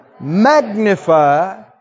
magnify